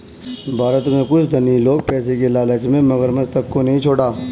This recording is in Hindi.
भारत में कुछ धनी लोग पैसे की लालच में मगरमच्छ तक को नहीं छोड़ा